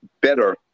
better